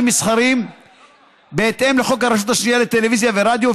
מסחריים בהתאם לחוק הרשות השנייה לטלוויזיה ולרדיו,